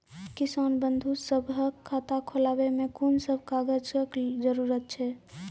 किसान बंधु सभहक खाता खोलाबै मे कून सभ कागजक जरूरत छै?